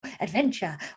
adventure